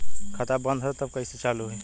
खाता बंद ह तब कईसे चालू होई?